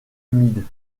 humides